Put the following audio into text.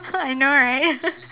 I know right